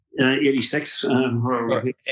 86